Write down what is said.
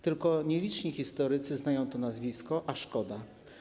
Tylko nieliczni historycy znają to nazwisko, a szkoda.